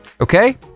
okay